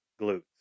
glutes